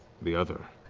the other,